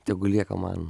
tegu lieka man